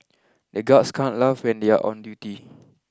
the guards can't laugh when they are on duty